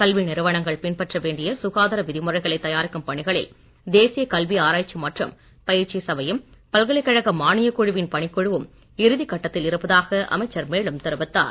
கல்வி நிறுவனங்கள் பின்பற்ற வேண்டிய சுகாதார விதிமுறைகளைத் தயாரிக்கும் பணிகளில் தேசிய கல்வி ஆராய்ச்சி மற்றும் பயிற்சி சபையும் பல்கலைக்கழக மானியக் குழுவின் பணிக்குழுவும் இறுதிக் கட்டத்தில் இருப்பதாக அமைச்சர் மேலும் தெரிவித்தார்